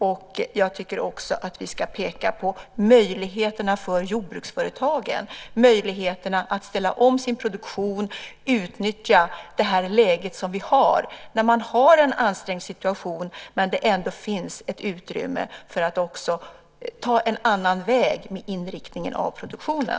Vidare tycker jag att vi ska peka på möjligheterna för jordbruksföretagen, på möjligheterna att ställa om sin produktion och utnyttja det läge vi har - att det är en ansträngd situation men att det ändå finns ett utrymme för att också ta en annan väg när det gäller inriktningen av produktionen.